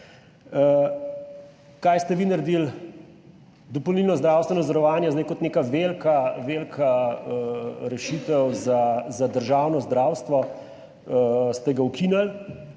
Kaj ste vi naredili? Dopolnilno zdravstveno zavarovanje, ki je zdaj kot neka velika rešitev za državno zdravstvo, ste ukinili,